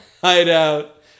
hideout